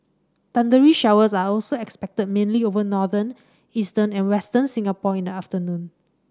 thundery showers are also expected mainly over northern eastern and Western Singapore in the afternoon